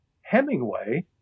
Hemingway